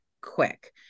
quick